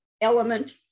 element